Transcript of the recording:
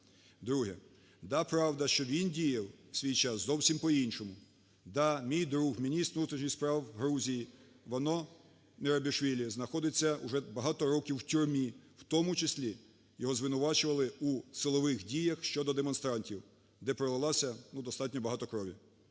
Друге. Так, правда, що він діяв у свій час зовсім по-іншому. Да, мій друг, міністр внутрішніх справ Грузії Вано Мерабішвілі знаходиться уже багато років у тюрмі, в тому числі його звинувачували у силових діях щодо демонстрантів, де пролилося достатньо багато крові.